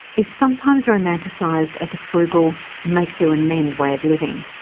is sometimes romanticised as a frugal make-do-and-mend way of living.